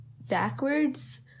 backwards